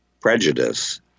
prejudice